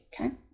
okay